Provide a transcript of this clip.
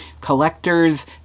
Collectors